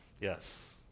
Yes